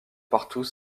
partout